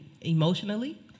emotionally